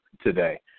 today